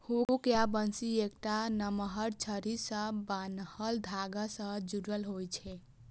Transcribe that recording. hook या बंसी एकटा नमहर छड़ी सं बान्हल धागा सं जुड़ल होइ छै